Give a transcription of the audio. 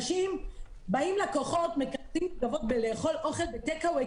באים לקוחות כדי לקחת אוכל ב"טייק האוואי",